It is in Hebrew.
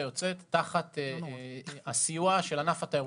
היוצאת תחת הענפים שבסיוע משרד התיירות,